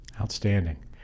Outstanding